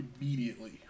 immediately